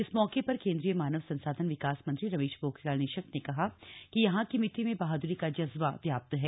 इस मौके पर केंद्रीय मानव संसाधन विकास मंत्री रमेश पोखरियाल निशंक ने कहा कि यहां की मिट्टी में बहादुरी का जज्बा व्याप्त है